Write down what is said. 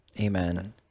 Amen